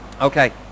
Okay